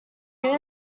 knew